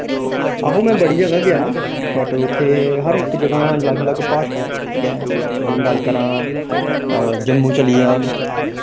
आहो में बड़ी जगह गेआ बट उत्थे हर इक जगह अलग अलग भाशा ऐ ठीक ऐ अपनी गल्ल करांऽ जम्मू चली जाओ